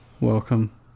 Welcome